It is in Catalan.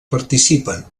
participen